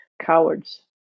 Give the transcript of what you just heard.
cowards